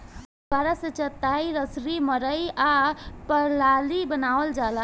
पुआरा से चाटाई, रसरी, मड़ई आ पालानी बानावल जाला